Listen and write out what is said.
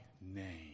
name